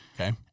Okay